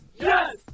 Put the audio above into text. Yes